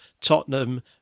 Tottenham